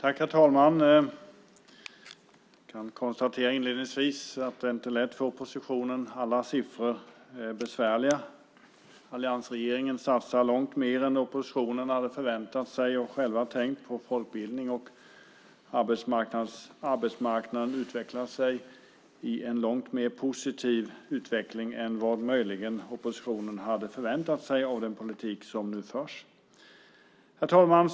Herr talman! Jag kan inledningsvis konstatera att det inte är lätt för oppositionen när alla siffror är besvärliga. Alliansregeringen satsar långt mer än oppositionen hade förväntat sig och själva tänkt på folkbildningen. Arbetsmarknaden utvecklar sig i en långt mer positiv riktning än vad möjligen oppositionen hade förväntat sig av den politik som nu förs. Herr talman!